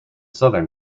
southern